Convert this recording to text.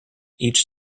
each